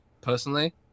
personally